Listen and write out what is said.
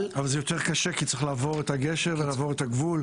--- אבל זה יותר קשה כי צריך לעבור את הגשר ולעבור את הגבול.